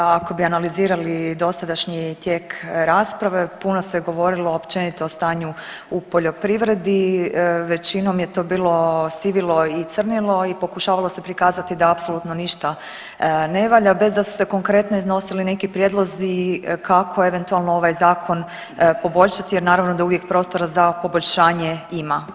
Ako bi analizirali dosadašnji tijek rasprave puno se govorilo općenito o stanju u poljoprivredi, većinom je to bilo sivilo i crnilo i pokušavalo se prikazati da apsolutno ništa ne valja bez da su se konkretno iznosili neki prijedlozi kako eventualno ovaj zakon poboljšati jer naravno da uvijek prostora za poboljšanje ima.